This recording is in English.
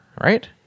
right